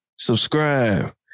subscribe